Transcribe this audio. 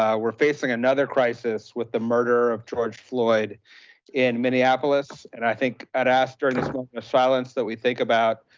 we're facing another crisis with the murder of george floyd in minneapolis. and i think i'd ask during this moment of silence that we think about,